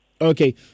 Okay